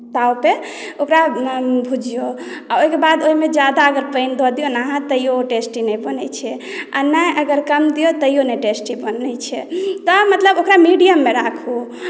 तावपर ओकरा भुजियौ आ ओहिके बाद ओहिमे ज्यादा अगर पानि दऽ दियौ अहाँ तैयो टेस्टी नहि बनैत छै नहि अगर कम दियौ तैयो नहि टेस्टी बनैत छै तऽ मतलब ओकरा मीडियममे राखू